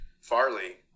Farley